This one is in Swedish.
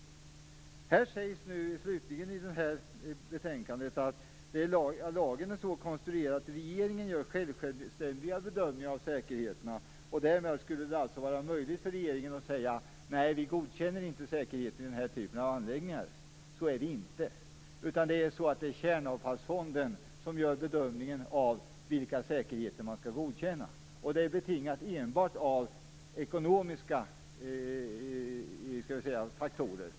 I betänkandet sägs slutligen att lagen är så konstruerad att regeringen gör självständiga bedömningar av säkerheterna. Därmed skulle det vara möjligt för regeringen att säga att man inte godkänner säkerheter i denna typ av anläggningar. Så är det inte. Det är Kärnavfallsfonden som gör bedömningen av vilka säkerheter som skall godkännas. Det är betingat enbart av ekonomiska faktorer.